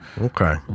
Okay